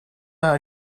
are